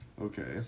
okay